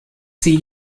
see